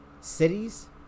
cities